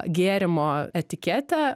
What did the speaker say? gėrimo etiketę